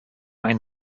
ein